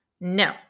No